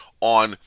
on